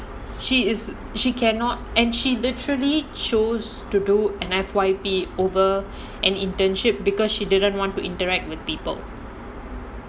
she is she cannot and she literally chose to do an F_Y_P over an internship because she didn't want to interact with people